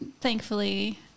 Thankfully